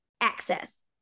access